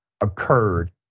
occurred